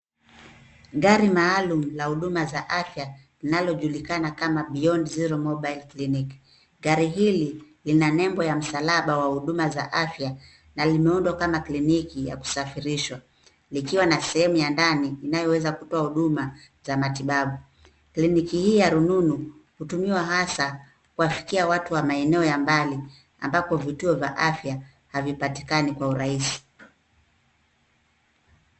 Gari maalum la huduma za afya linalojulikana kama (Beyond Zero Mobile Clinic). Gari hili lina nembo ya msalaba wa huduma za afya na limeundwa kama kliniki ya kusafirishwa. Likiwa sehemu ya ndani na linaweza kutoa huduma za matibabu. Kliniki hii ya rununu hutumiwa hasa kuwafikia watu wa maeneo ya mbali, ambako huduma za afya hazipatikani kwa urahisi.